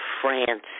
France